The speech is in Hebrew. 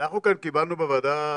אנחנו כאן קיבלנו בוועדה,